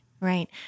Right